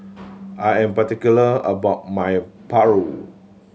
I am particular about my paru